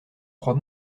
crois